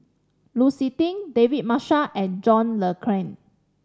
Lu Suitin David Marshall and John Le Cain